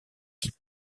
qui